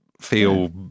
feel